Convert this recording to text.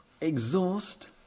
exhaust